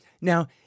Now